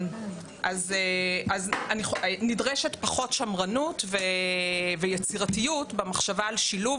אז נדרשת פחות שמרנות ויצירתיות במחשבה על שילוב